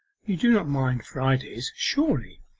you do not mind fridays, surely?